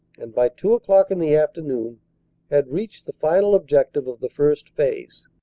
and by two o'clock in the after noon had reached the final objective of the first phase.